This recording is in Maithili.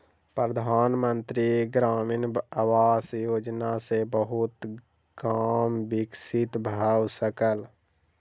प्रधान मंत्री ग्रामीण आवास योजना सॅ बहुत गाम विकसित भअ सकल